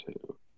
two